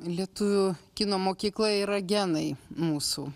lietuvių kino mokykla yra genai mūsų